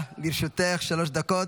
בבקשה, לרשותך שלוש דקות.